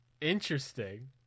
Interesting